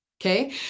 okay